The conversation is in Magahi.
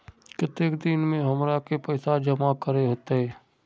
केते दिन में हमरा के पैसा जमा करे होते?